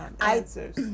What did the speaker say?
answers